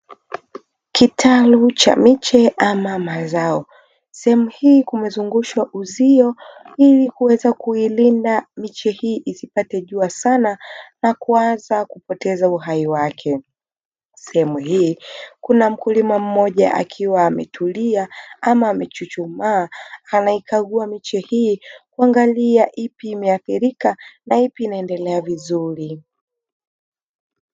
Kitalu cha miche ama mazao. Sehemu hii kumezungushwa uzio ili kuweza kuilinda miche hii isipate jua sana na kuanza kupoteza uhai wake. Sehemu hii kuna mkulima mmoja akiwa ametulia ama amechuchumaa; anaikagua miche hii kuangalia ipi imeathirika na ipi inaendelea vizuri.